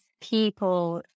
people